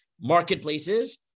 marketplaces